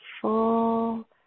full